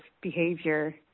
behavior